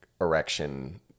erection